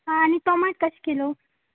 आं आनी तोमाट कश किलो